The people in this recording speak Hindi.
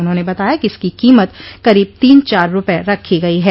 उन्होंने बताया कि इसकी कीमत करीब तीन चार रूपये रखी गई है